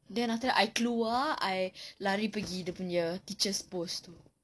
then after that I keluar I lari pergi dia punya teacher's post